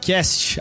Cast